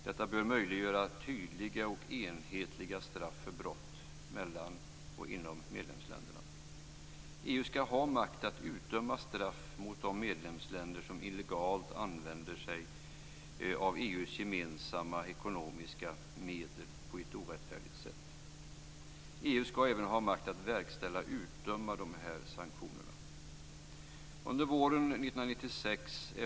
Detta bör möjliggöra tydliga och enhetliga straff för brott mellan och inom medlemsländerna. EU skall ha makt att utdöma straff mot de medlemsländer som illegalt använder sig av EU:s gemensamma ekonomiska medel på ett orättfärdigt sätt. EU skall även ha makt att verkställa och utdöma sanktionerna.